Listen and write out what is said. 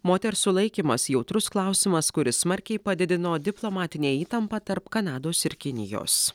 moters sulaikymas jautrus klausimas kuris smarkiai padidino diplomatinę įtampą tarp kanados ir kinijos